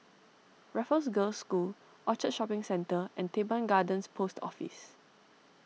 Raffles Girls' School Orchard Shopping Centre and Teban Garden Post Office